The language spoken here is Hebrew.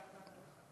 ועדת העבודה והרווחה.